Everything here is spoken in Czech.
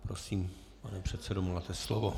Prosím, pane předsedo, máte slovo.